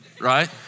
right